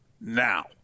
now